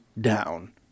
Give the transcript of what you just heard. down